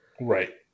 Right